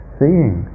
seeing